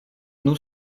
nur